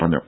പറഞ്ഞു